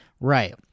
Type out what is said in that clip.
right